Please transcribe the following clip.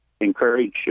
encourage